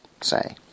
say